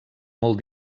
molt